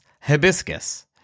Hibiscus